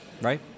Right